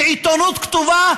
שעיתונות כתובה,